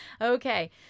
Okay